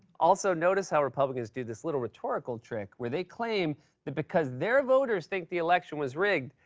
also, notice how republicans do this little rhetorical trick where they claim that because their voters think the election was rigged,